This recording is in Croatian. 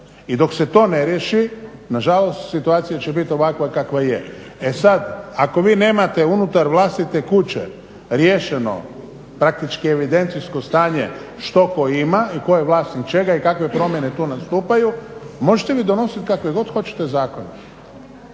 I dok se to ne riješi nažalost situacija će bit ovakva kakva je. E sad, ako vi nemate unutar vlastite kuće riješeno praktički evidencijsko stanje što tko ima i tko je vlasnik čga i kakve promjene tu nastupaju, možete vi donosit kakve god hoćete zakona.